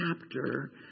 chapter